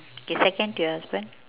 okay second to your husband